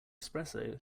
espresso